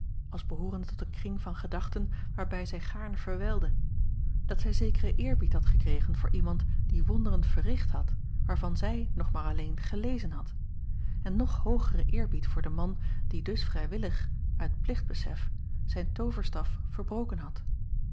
als behoorende tot een kring van gedachten waarbij zij gaarne verwijlde dat zij zekeren eerbied had gekregen voor iemand die wonderen verricht had waarvan zij nog maar alleen gelezen had en nog hoogeren eerbied voor den man die dus vrijwillig uit plichtbesef zijn tooverstaf verbroken had